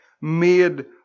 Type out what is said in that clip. made